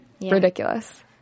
Ridiculous